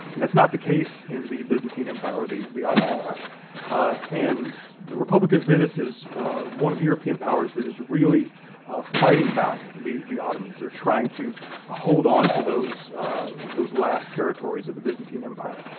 that's not the case in the byzantine empire or the the ottoman empire and the republic of venice is one of the european powers that is really fighting back the the ottomans. they're trying to hold onto those those last territories of the byzantine empire,